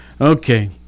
Okay